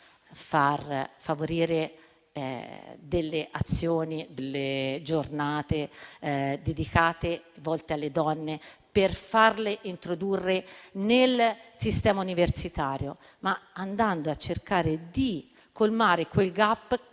solo favorendo delle azioni, delle giornate dedicate alle donne per introdurle nel sistema universitario, ma anche andando a cercare di colmare quel *gap*